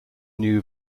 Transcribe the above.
new